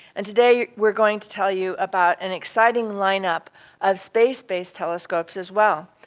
and today we are going to tell you about an exciting line-up of space-based telescopes as well,